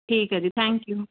ਠੀਕ ਹੈ ਜੀ ਥੈਂਕ ਯੂ